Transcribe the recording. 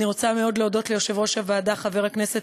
אני רוצה מאוד להודות ליושב-ראש הוועדה חבר הכנסת